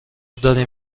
دارین